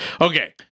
Okay